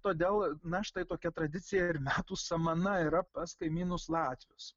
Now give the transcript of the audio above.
todėl na štai tokia tradicija ir metų samana yra pas kaimynus latvius